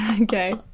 Okay